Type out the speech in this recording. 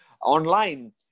online